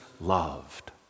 loved